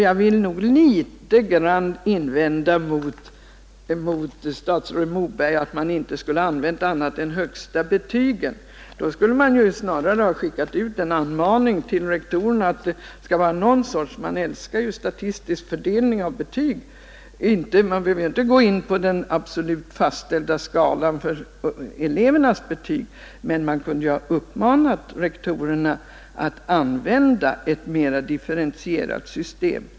Jag vill litet grand invända mot statsrådet Mobergs påstående att man inte skulle ha använt annat än de högsta vitsorden i detta sammanhang. Då borde man ju snarare ha skickat ut en anmaning till rektorerna att använda ett mera differentierat betygssystem — man älskar ju statistiska betygsfördelningar! Man behöver ju fördenskull inte gå in för en sådan strikt fastställd skala som gäller för elevernas betyg.